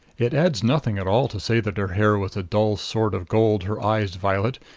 it adds nothing at all to say that her hair was a dull sort of gold her eyes violet.